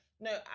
no